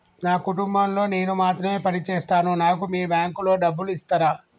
నా కుటుంబం లో నేను మాత్రమే పని చేస్తాను నాకు మీ బ్యాంకు లో డబ్బులు ఇస్తరా?